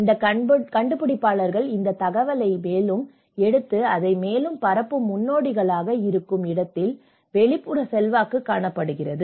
இந்த கண்டுபிடிப்பாளர்கள் இந்த தகவலை மேலும் எடுத்து அதை மேலும் பரப்பும் முன்னோடிகளாக இருக்கும் இடத்தில் வெளிப்புற செல்வாக்கு காணப்படுகிறது